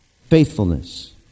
Faithfulness